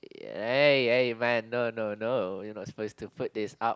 eh eh man no no no you're not supposed to put this up